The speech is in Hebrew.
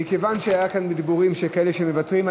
מכיוון שהיו כאן דיבורים על כאלה שמוותרים,